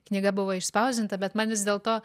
knyga buvo išspausdinta bet man vis dėlto